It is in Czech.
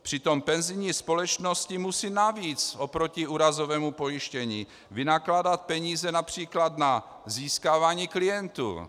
Přitom penzijní společnosti musejí navíc oproti úrazovému pojištění vynakládat peníze například na získávání klientů.